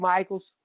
Michaels